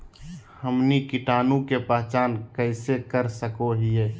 हमनी कीटाणु के पहचान कइसे कर सको हीयइ?